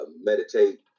Meditate